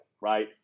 right